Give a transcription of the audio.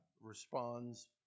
responds